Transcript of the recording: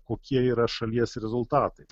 kokie yra šalies rezultatai